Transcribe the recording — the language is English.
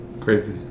Crazy